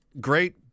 great